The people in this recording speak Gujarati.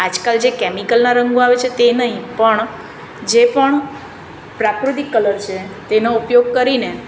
આજકાલ જે કેમિકલના રંગો આવે છે તે નહીં પણ જે પણ પ્રાકૃતિક કલર છે તેનો ઉપયોગ કરીને